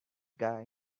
guy